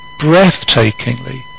Breathtakingly